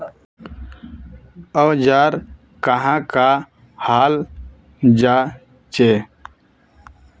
औजार कहाँ का हाल जांचें?